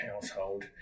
household